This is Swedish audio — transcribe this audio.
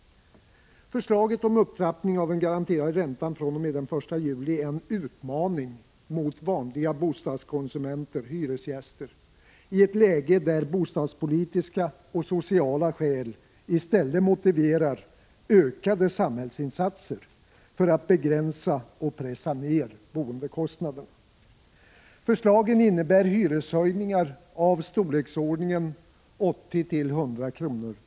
Förslaget om upptrappningen av den garanterade räntan fr.o.m. den 1 juli är en utmaning mot vanliga bostadskonsumenter-hyresgäster i ett läge där bostadspolitiska och sociala skäl i stället motiverar ökade samhällsinsatser för att begränsa och pressa ned boendekostnaderna. Förslagen innebär hyreshöjningar av storleksordningen 80-100 kr.